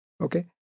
okay